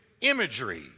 imagery